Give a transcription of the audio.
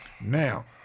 Now